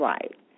Right